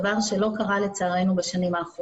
דבר שלצערנו לא קרה בשנים האחרונות.